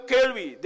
Kelvi